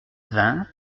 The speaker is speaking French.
vingt